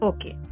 Okay